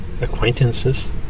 acquaintances